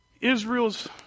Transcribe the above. Israel's